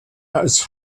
als